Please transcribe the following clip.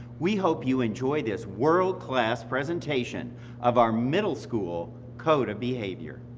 we hope you enjoy this world class presentation of our middle school code of behavior.